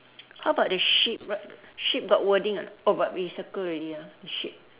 how about the sheep sheep got wording or not oh but we circle already ah the sheep